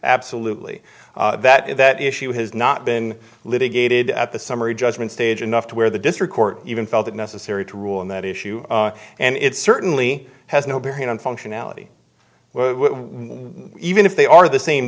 absolutely that if that issue has not been litigated at the summary judgment stage enough to where the district court even felt it necessary to rule on that issue and it certainly has no bearing on functionality one even if they are the same